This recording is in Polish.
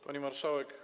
Pani Marszałek!